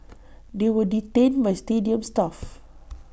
they were detained by stadium staff